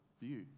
view